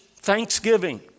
thanksgiving